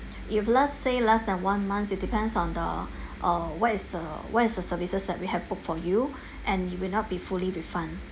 if let's say less than one month it depends on the uh what is the what is the services that we have booked for you and you will not be fully refund